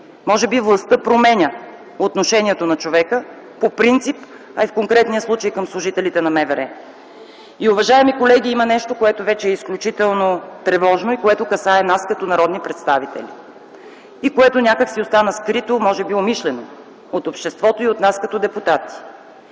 Може би властта променя отношението на човека по принцип, а и в конкретния случай към служителите на МВР. Уважаеми колеги, има нещо, което вече е изключително тревожно, което касае нас като народни представители и което някак си остана скрито, може би умишлено, от обществото и от нас като депутати.